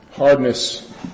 Hardness